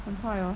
很坏 hor